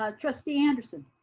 ah trustee anderson.